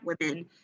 women